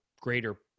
greater